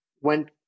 went